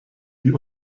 die